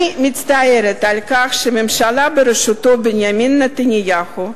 אני מצטערת על כך שהממשלה בראשותו של בנימין נתניהו,